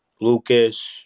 Lucas